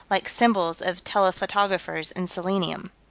like symbols of telephotographers in selenium.